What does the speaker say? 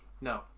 No